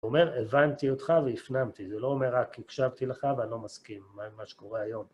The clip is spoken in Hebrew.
...אומר, הבנתי אותך והפנמתי, זה לא אומר רק הקשבתי לך ואני לא מסכים, מה שקורה היום.